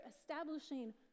establishing